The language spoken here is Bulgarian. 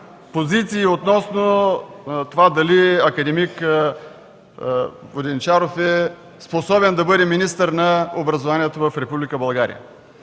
позиции относно това дали акад. Воденичаров е способен да бъде министър на образованието в Република България.